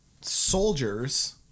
soldiers